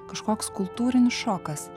kažkoks kultūrinis šokas